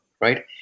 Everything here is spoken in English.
Right